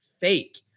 fake